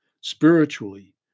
spiritually